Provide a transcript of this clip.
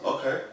Okay